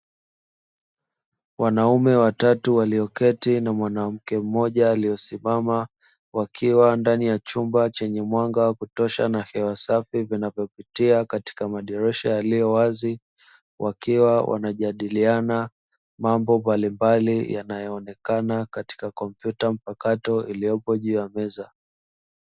Wanaume watatu walioketi na mwanamke mmoja aliosimama wakiwa ndani ya chumba chenye mwanga wa kutosha na hewa safi inayopitia katika madirisha yaliyo wazi wakiwa wanajadiliana mambo mbalimbali yanayoonekana katika kompyuta mpakato iliyopo juu ya meza.